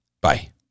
bye